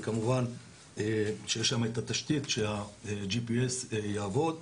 וכמובן שיש שם את התשתית כך שהג'י-פי-אס יעבוד,